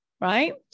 Right